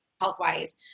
health-wise